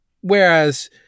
Whereas